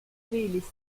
les